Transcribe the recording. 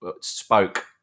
spoke